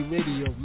Radio